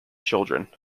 children